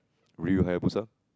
real